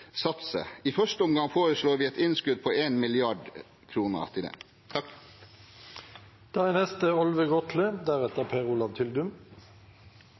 satse. I første omgang foreslår vi et innskudd på 1 mrd. kr til det.